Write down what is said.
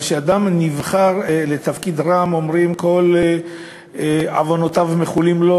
אבל כשאדם נבחר לתפקיד רם אומרים שכל עוונותיו מחולים לו,